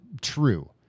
true